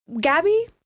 Gabby